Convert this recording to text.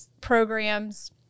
programs